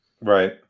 Right